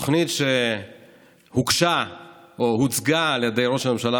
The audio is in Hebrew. התוכנית שהוגשה או הוצגה על ידי ראש הממשלה